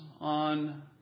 on